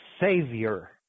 savior